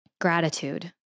gratitude